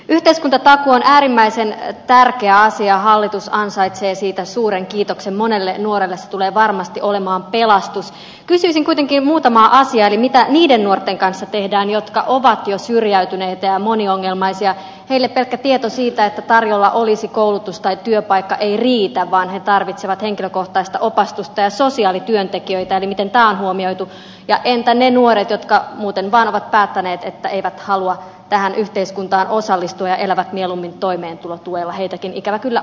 yhtä sota on äärimmäisen tärkeä asia hallitus ansaitsee siitä suuren kiitoksen monelle nuorelle tulee varmasti olemaan pelastus kysyisin kuitenkin muutamaa asiaa eli mitä niiden nuorten kanssa tehdään jotka ovat jo syrjäytyneet ja moniongelmaisia eli pelkkä tieto siitä että tarjolla olisi koulutus tai työpaikka ei riitä vaan he tarvitsevat henkilökohtaista opastusta ja sosiaalityöntekijöitä eli miten tää on huomioitu ja entä ne nuoret jotka muuten vaan ovat päättäneet että eivät halua tähän yhteiskuntaan osallistua ja elävät mieluummin toimeentulotuellaheitäkin ikävä kyllä